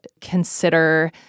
consider